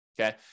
okay